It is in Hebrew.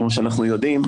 כמו שאנחנו יודעים,